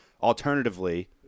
Alternatively